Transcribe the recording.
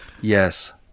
yes